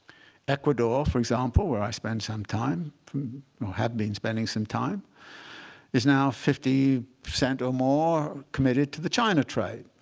ecuador, for example, where i spend some time or have been spending some time is now fifty percent or more committed to the china trade.